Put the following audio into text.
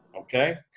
okay